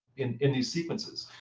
in in these sequences.